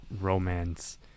romance